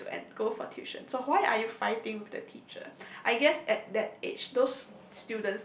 for you to en~ go for tuition so why are you fighting with the teacher I guess at that age those